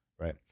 Right